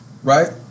Right